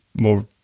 more